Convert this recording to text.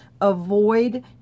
avoid